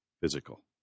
physical